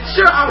Sure